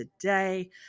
today